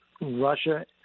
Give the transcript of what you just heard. Russia